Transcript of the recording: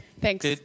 Thanks